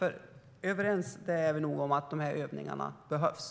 För vi är nog överens om att övningarna behövs.